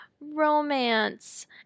romance